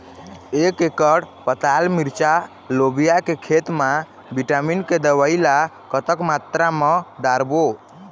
एक एकड़ पताल मिरचा लोबिया के खेत मा विटामिन के दवई ला कतक मात्रा म डारबो?